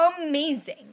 amazing